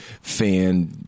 fan